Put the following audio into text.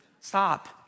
stop